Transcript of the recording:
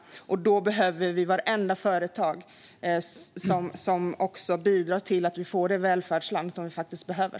Då behöver vi vartenda företag som bidrar till att vi får det välfärdsland som vi faktiskt behöver.